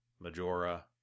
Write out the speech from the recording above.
Majora